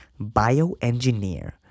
bioengineer